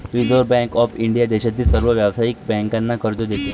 reserve bank of India देशातील सर्व व्यावसायिक बँकांना कर्ज देते